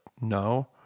no